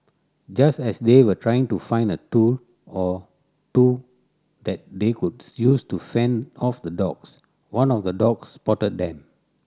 just as they were trying to find a tool or two that they could use to fend off the dogs one of the dogs spotted them